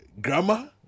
grammar